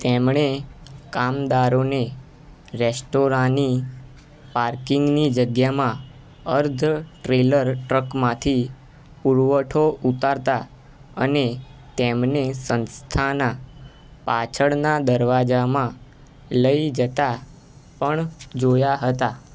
તેમણે કામદારોને રેસ્ટોરાંની પાર્કિંગની જગ્યામાં અર્ધટ્રેલર ટ્રકમાંથી પુરવઠો ઉતારતા અને તેમને સંસ્થાના પાછળના દરવાજામાં લઈ જતા પણ જોયા હતા